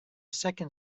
second